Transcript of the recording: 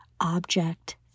object